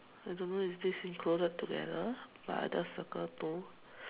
I don't know if this is included together but I just circle two